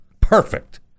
perfect